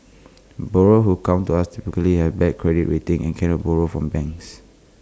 borrow who come to us typically have bad credit rating and cannot borrow from banks